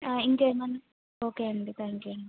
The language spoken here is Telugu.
ఇంకా ఏమైనా ఓకే అండి థ్యాంక్ యూ అండి